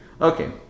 okay